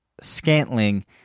scantling